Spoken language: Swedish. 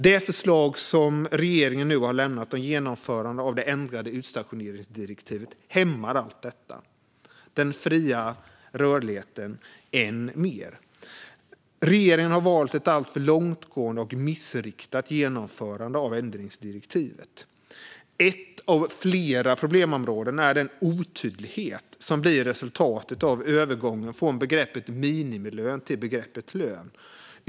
Det förslag som regeringen nu har lämnat om genomförande av det ändrade utstationeringsdirektivet hämmar allt detta - den fria rörligheten - än mer. Regeringen har valt ett alltför långtgående och missriktat genomförande av ändringsdirektivet. Ett av flera problemområden är den otydlighet som blir resultatet av övergången från begreppet minimilön till begreppet lön.